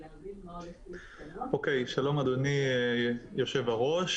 שלום, אדוני יושב-הראש,